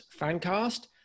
Fancast